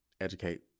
educate